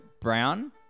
Brown